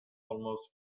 almost